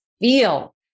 feel